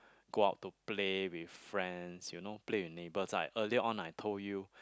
go out to play with friends you know play with neighbors right earlier on I told you